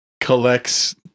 collects